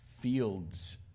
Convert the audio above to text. fields